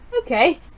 Okay